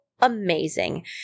amazing